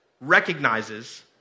recognizes